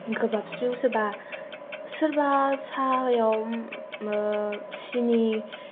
गोबाबस्रिव सोबा सोरबा साहायाव सिनि